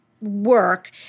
work